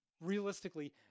realistically